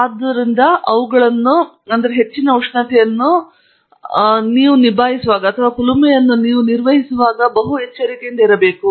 ಆದ್ದರಿಂದ ಅವುಗಳು ಅತಿ ಹೆಚ್ಚಿನ ಉಷ್ಣತೆ ಮತ್ತು ನೀವು ಕುಲುಮೆಯನ್ನು ನಿರ್ವಹಿಸುವಾಗ ಎಚ್ಚರಿಕೆಯಿಂದ ಇರಬೇಕು